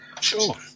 Sure